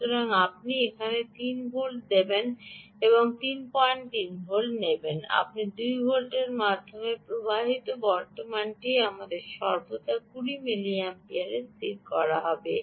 সুতরাং আপনি এখানে 3 ভোল্ট দিবেন বা আপনি 33 ভোল্ট দিবেন বা আপনি 2 ভোল্টের মাধ্যমে প্রবাহিত বর্তমানটি আমাদের সর্বদা 20 মিলিঅ্যাম্পিয়ার স্থির করা হবে